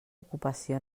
ocupació